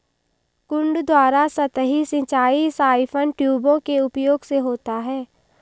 कुंड द्वारा सतही सिंचाई साइफन ट्यूबों के उपयोग से होता है